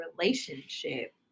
relationship